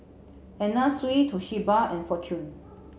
Anna Sui Toshiba and Fortune